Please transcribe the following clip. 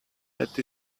that